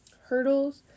hurdles